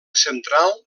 central